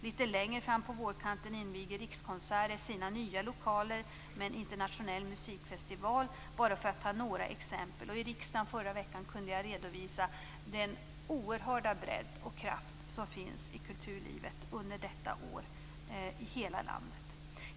Litet längre fram på vårkanten inviger Rikskonserter sina nya lokaler med en internationell musikfestival. Det är bara några exempel. I riksdagen förra veckan kunde jag redovisa den oerhörda bredd och kraft som finns i kulturlivet under detta år i hela landet.